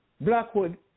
Blackwood